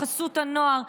חסות הנוער,